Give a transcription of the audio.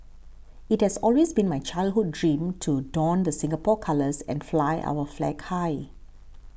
it has always been my childhood dream to don the Singapore colours and fly our flag high